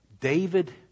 David